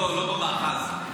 לא, לא במאחז.